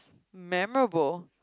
memorable